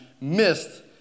missed